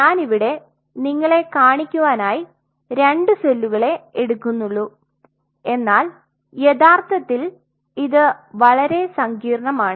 ഞാൻ ഇവിടെ നിങ്ങളെ കാണിക്കുവാനായി 2 സെല്ലുകളെ എടുക്കുന്നുള്ളു എന്നാൽ യഥാർത്ഥത്തിൽ ഇത് വളരെ സങ്കീർണമാണ്